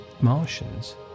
Martians